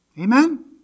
Amen